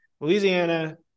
louisiana